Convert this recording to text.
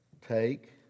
take